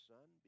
Son